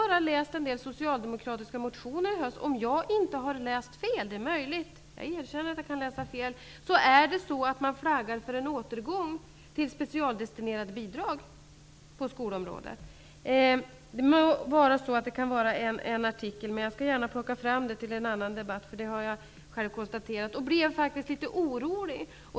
Jag har läst en del socialdemokratiska motioner, och om jag inte har läst fel -- jag erkänner att jag kan läsa fel -- flaggas det för en återgång till specialdestinerade bidrag på skolområdet. Men det kan också vara så att jag har läst det i en artikel; jag skall gärna plocka fram materialet till en annan debatt. Det jag har konstaterat vid den läsningen har gjort mig litet orolig.